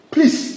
Please